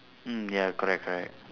mm ya correct correct